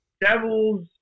Devils